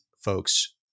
folks